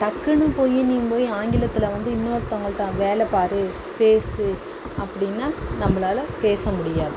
டக்குனு போய் நீங்கள் போய் ஆங்கிலத்தில் வந்து இன்னொருத்தவங்கள்கிட்ட வேலை பார் பேசு அப்படின்னா நம்மளால பேச முடியாது